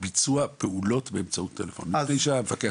ביצוע פעולות באמצעות טלפון מבלי שהמפקח